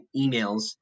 emails